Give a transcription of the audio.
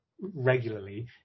regularly